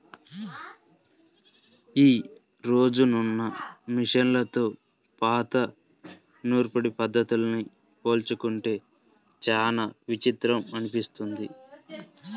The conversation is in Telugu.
యీ రోజునున్న మిషన్లతో పాత నూర్పిడి పద్ధతుల్ని పోల్చుకుంటే చానా విచిత్రం అనిపిస్తది